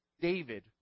david